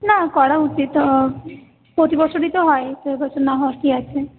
না করা উচিত প্রতি বছরই তো হয় এ বছর না হওয়ার কি আছে